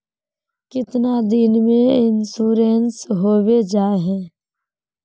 कीतना दिन में इंश्योरेंस होबे जाए है?